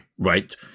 Right